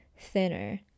thinner